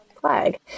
flag